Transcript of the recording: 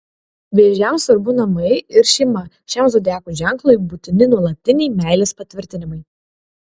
vėžiams svarbu namai ir šeima šiam zodiako ženklui būtini nuolatiniai meilės patvirtinimai